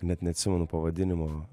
net neatsimenu pavadinimo